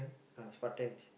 ah Spartans